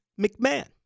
McMahon